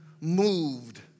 moved